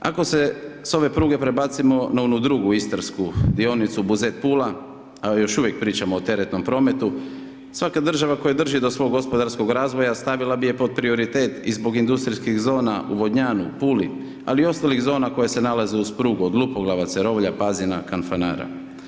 Ako se s ove pruge prebacimo na onu drugu istarsku dionicu Buzet Pula, još uvijek pričamo o teretnom prometu, svaka država koja drži do svog gospodarskog razvoja, stavila bi ju pod prioritet i zbog industrijskih zona u Vodnjanu, Puli, ali i ostalih zona koja se nalaze uz prugu, od Lupoglava, Cerovlja, Pazina, Kanfanara.